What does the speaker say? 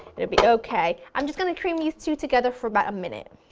it'll be okay. i'm just going to cream these two together for about a minute.